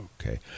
Okay